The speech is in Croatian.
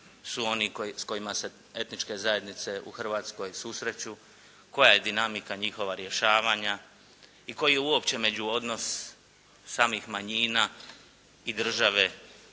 su oni s kojima se etničke zajednice u Hrvatskoj susreću, koja je dinamika njihova rješavanja i koji uopće međuodnos samih manjina i države